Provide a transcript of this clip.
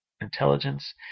intelligence